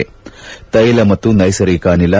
ತ್ನೆಲ ಮತ್ತು ನೈಸರ್ಗಿಕ ಅನಿಲ